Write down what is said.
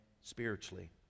spiritually